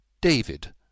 David